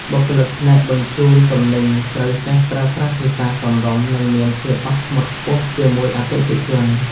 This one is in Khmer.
បុគ្គលិកផ្នែកបញ្ជូនទំនិញត្រូវចេះប្រើប្រាស់ភាសាសមរម្យ និងមានភាពអត់ធ្មត់ខ្ពស់ជាមួយអតិថិជនគ្រប់រូប។